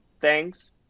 thanks